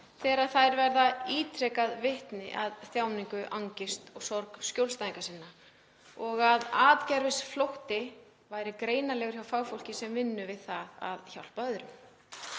þegar þær yrðu ítrekað vitni að þjáningu, angist og sorg skjólstæðinga sinna og að atgervisflótti væri greinanlegur hjá fagfólki sem vinnur við það að hjálpa öðrum.